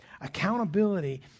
Accountability